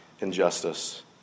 injustice